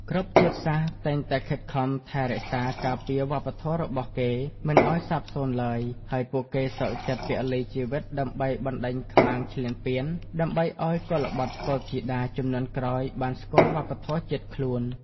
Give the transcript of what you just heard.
គ្រប់ជាតិសាសន៍តែងតែខិតខំថែរក្សាការពារវប្បធម៌របស់គេមិនឱ្យសាបសូន្យឡើយ ហើយពួកគេសុខចិត្តពលីជីវិតដើម្បីបណ្តេញខ្មាំងឈ្លានពាន ដើម្បីឱ្យកុលបុត្រកុលធីតាជំនាន់ក្រោយបានស្គាល់វប្បធម៌ជាតិខ្លួន។